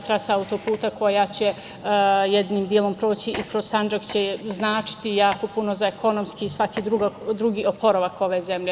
Trasa auto-puta koja će jednim delom proći i kroz Sandžak će značiti jako puno za ekonomski i svaki drugi oporavak ove zemlje.